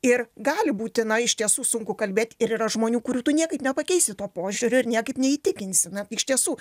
ir gali būti na iš tiesų sunku kalbėt ir yra žmonių kurių tu niekaip nepakeisi to požiūrio ir niekaip neįtikinsi na iš tiesų